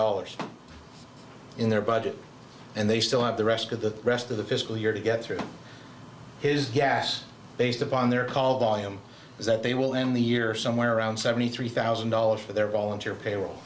dollars in their budget and they still have the rest of the rest of the fiscal year to get through his yes based upon their call volume is that they will end the year somewhere around seventy three thousand dollars for their volunteer payroll